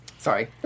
sorry